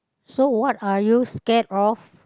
so what are you scared of